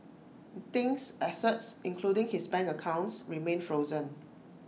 Ding's assets including his bank accounts remain frozen